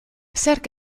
zerk